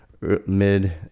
mid